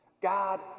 God